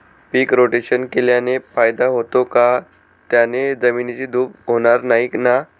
पीक rotation केल्याने फायदा होतो का? त्याने जमिनीची धूप होणार नाही ना?